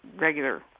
regular